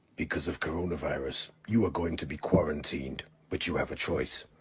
because of coronavirus, you are going to be quarantined, but you have a choice.